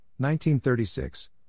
1936